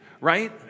Right